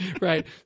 right